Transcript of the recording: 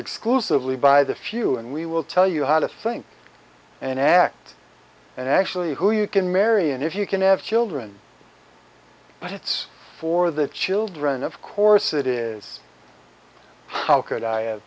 exclusively by the few and we will tell you how to think and act and actually who you can marry and if you can have children but it's for the children of course it is how could i